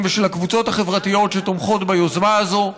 ושל הקבוצות החברתיות שתומכות ביוזמה הזו.